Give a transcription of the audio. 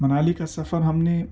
منالی کا سفر ہم نے